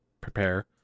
prepare